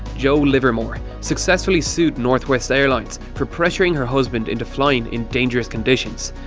joe livermore, successfully sued northwest airlines for pressuring her husband into flying in dangerous conditions,